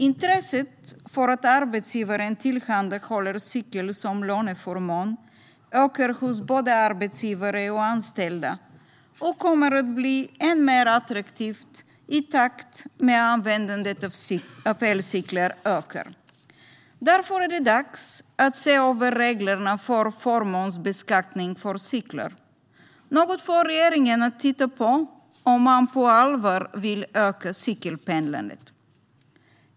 Intresset för att arbetsgivaren tillhandahåller cykel som löneförmån ökar hos både arbetsgivare och anställda. Det kommer att bli än mer attraktivt i takt med att användandet av elcyklar ökar. Därför är det dags att se över reglerna för förmånsbeskattning för cyklar - något för regeringen att titta på om man på allvar vill öka cykelpendlandet.